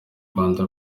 rwanda